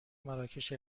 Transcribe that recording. مراکش